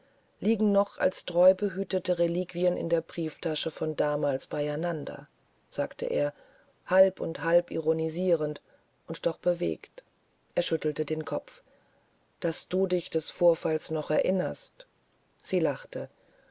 liegen noch als treubehütete reliquien in der brieftasche von damals bei einander sagte er halb und halb ironisierend und doch bewegt er schüttelte den kopf daß du dich des vorfalles noch erinnerst sie lachte